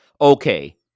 okay